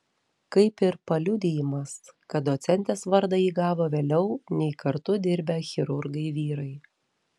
kaip ir paliudijimas kad docentės vardą ji gavo vėliau nei kartu dirbę chirurgai vyrai